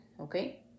okay